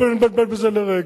בל נתבלבל בזה לרגע.